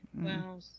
Wow